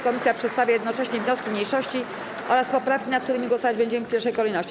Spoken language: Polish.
Komisja przedstawia jednocześnie wnioski mniejszości oraz poprawki, nad którymi głosować będziemy w pierwszej kolejności.